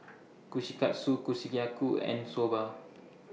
Kushikatsu and Soba